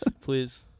Please